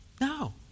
No